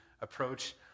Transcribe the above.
approach